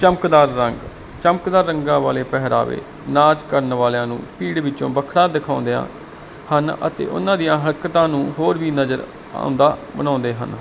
ਚਮਕਦਾ ਰੰਗ ਚਮਕਦਾ ਰੰਗਾ ਵਾਲੇ ਪਹਿਰਾਵੇ ਨਾਚ ਕਰਨ ਵਾਲਿਆਂ ਨੂੰ ਭੀੜ ਵਿੱਚੋਂ ਵੱਖਰਾ ਦਿਖਾਉਂਦਿਆਂ ਹਨ ਅਤੇ ਉਹਨਾਂ ਦੀਆਂ ਹਰਕਤਾਂ ਨੂੰ ਹੋਰ ਵੀ ਨਜ਼ਰ ਆਉਂਦਾ ਬਣਾਉਂਦੇ ਹਨ